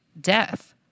death